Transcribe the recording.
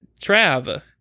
trav